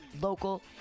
local